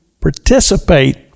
participate